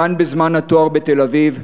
כאן בזמן התואר בתל-אביב,